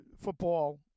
football